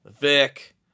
Vic